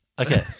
Okay